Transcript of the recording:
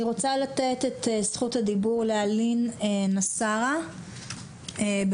אני רוצה לתת את זכות הדיבור לאלין נסרה, בבקשה.